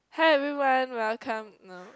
hi everyone welcome no